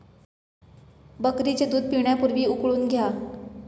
बकरीचे दूध पिण्यापूर्वी उकळून घ्या